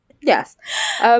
Yes